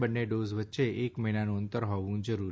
બંને ડોઝ વચ્ચે એક મહિનાનું અંતર હોવું જોઇએ